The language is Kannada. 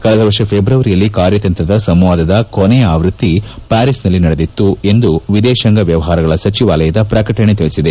ಕಳೆದ ವರ್ಷ ಫೆಬ್ರವರಿಯಲ್ಲಿ ಕಾರ್ಯತಂತ್ರದ ಸಂವಾದದ ಕೊನೆಯ ಆವೃತ್ತಿ ಪ್ಕಾರಿಸ್ನಲ್ಲಿ ನಡೆದಿತ್ತು ಎಂದು ವಿದೇಶಾಂಗ ವ್ಯವಹಾರಗಳ ಸಚಿವಾಲಯ ಪ್ರಕಟಣೆ ತಿಳಿಸಿದೆ